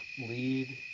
lead.